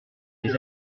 les